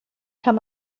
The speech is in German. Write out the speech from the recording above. kann